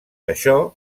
això